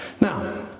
Now